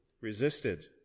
resisted